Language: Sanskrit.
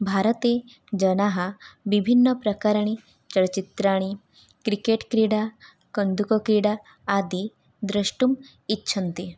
भारते जनाः विभिन्नप्रकाराणि चलच्चित्राणि क्रिकेट्क्रीडा कन्दुकक्रीडा आदि द्रष्टुम् इच्छन्ति